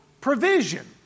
provision